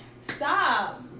Stop